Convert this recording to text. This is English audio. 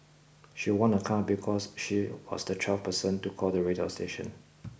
she won a car because she was the twelfth person to call the radio station